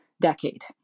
decade